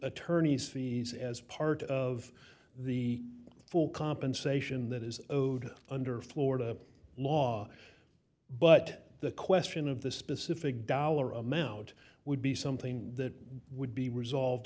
attorneys fees as part of the full compensation that is owed under florida law but the question of the specific dollar amount would be something that would be resolved